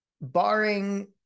barring